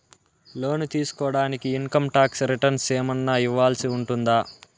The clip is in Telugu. లోను తీసుకోడానికి ఇన్ కమ్ టాక్స్ రిటర్న్స్ ఏమన్నా ఇవ్వాల్సి ఉంటుందా